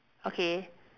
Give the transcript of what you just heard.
okay